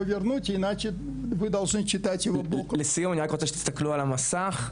לסיום, אני רק רוצה שתסתכלו על המסך.